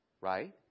right